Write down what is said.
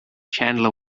chandler